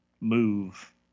move